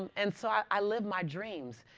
and so i i live my dreams.